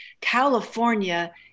California